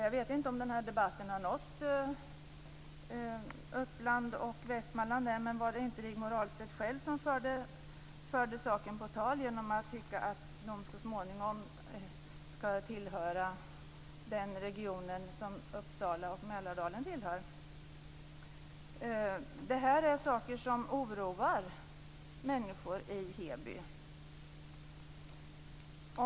Jag vet inte om den debatten har nått Uppland och Västmanland än, men var det inte Rigmor Ahlstedt själv som förde saken på tal genom att tycka att Heby så småningom skall tillhöra den region som Uppsala och Mälardalen tillhör? Det här är saker som oroar människor i Heby.